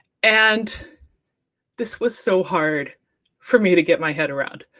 and this was so hard for me to get my head around,